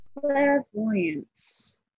Clairvoyance